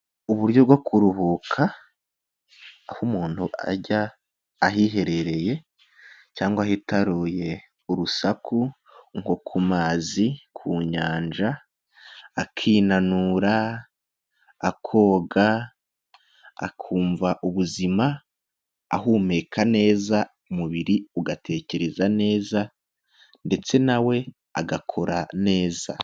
Uburyo bwo kuruhuka, aho umuntu ajya ahiherereye cyangwa hitaruye urusaku, nko ku mazi, ku nyanja, akinanura, akoga, akumva ubuzima ahumeka neza, umubiri ugatekereza neza ndetse na we agakora neza.